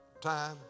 time